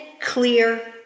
clear